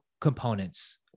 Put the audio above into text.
components